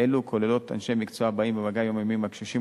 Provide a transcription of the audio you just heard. אלה כוללות אנשי מקצוע הבאים במגע יומיומי עם הקשישים,